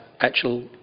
actual